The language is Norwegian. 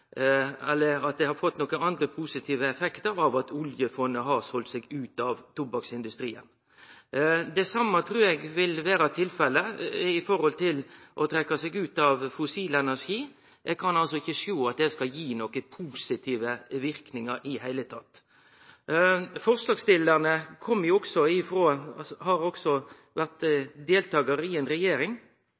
har gitt nokre andre positive effektar at oljefondet har selt seg ut av tobakksindustrien. Det same trur eg vil vere tilfellet dersom ein trekkjer seg ut av fossil energi. Eg kan ikkje sjå at det i det heile skal gi nokre positive verknader. Forslagsstillarane har vore del av ei regjering som hadde som formål å auke den statlege eigardelen i